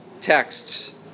texts